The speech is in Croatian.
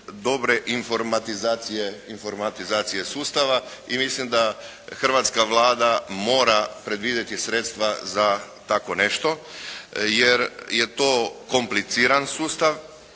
dobre informatizacije sustava. I mislim da hrvatska Vlada mora predvidjeti sredstva za tako nešto, jer je to kompliciran sustav